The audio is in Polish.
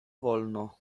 wolno